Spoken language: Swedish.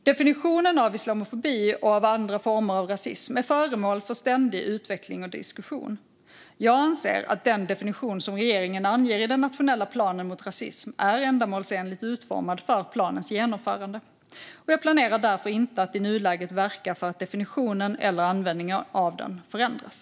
Definitionen av islamofobi och av andra former av rasism är föremål för ständig utveckling och diskussion. Jag anser att den definition som regeringen anger i den nationella planen mot rasism är ändamålsenligt utformad för planens genomförande. Jag planerar därför inte att i nuläget verka för att definitionen eller användningen av den ska förändras.